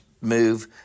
move